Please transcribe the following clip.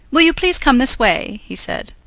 will you please come this way, he said.